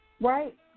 Right